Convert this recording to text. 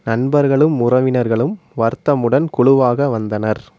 நண்பர்களும் உறவினர்களும் வருத்தமுடன் குழுவாக வந்தனர்